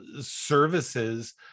services